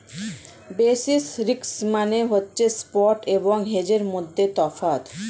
basis risk মানে হচ্ছে spot এবং হেজের মধ্যে তফাৎ